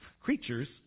creatures